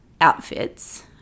outfits